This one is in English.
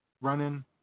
running